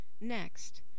Next